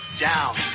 down